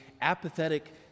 apathetic